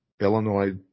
Illinois